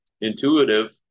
intuitive